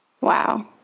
Wow